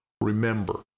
Remember